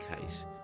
case